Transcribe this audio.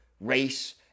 race